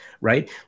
right